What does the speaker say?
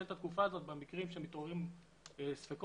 את התקופה הזאת במקרים שמתעוררים ספקות,